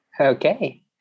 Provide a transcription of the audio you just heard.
Okay